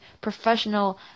professional